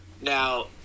Now